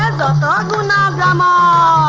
and la la la la la la